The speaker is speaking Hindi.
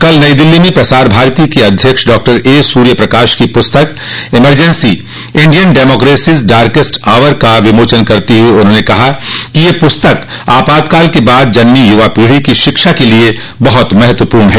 कल नई दिल्ली में प्रसार भारती के अध्यक्ष डॉक्टर ए सूर्यप्रकाश की पुस्तक emergency Indian democracy's darkest hour का विमोचन करते हुए उन्होंने कहा कि ये पुस्तक आपातकाल के बाद जन्मी यूवा पीढ़ी की शिक्षा के लिए बहुत महत्वपूर्ण है